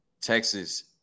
Texas